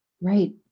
Right